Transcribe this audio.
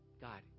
God